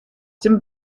dem